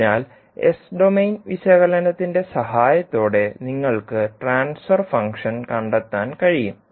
അതിനാൽ S domain വിശകലനത്തിന്റെ സഹായത്തോടെ നിങ്ങൾക്ക് ട്രാൻസ്ഫർ ഫംഗ്ഷൻ കണ്ടെത്താൻ കഴിയും